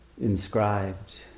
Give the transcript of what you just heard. inscribed